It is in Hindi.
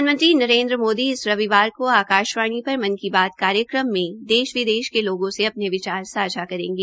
प्रधानमंत्री नरेन्द्र मोदी इस रविवार को आकाशवाणी पर मन की बात कार्यक्रम में देश विदेश के लोगों से अपने विचार सांझा करेंगे